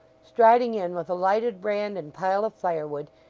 striding in with a lighted brand and pile of firewood,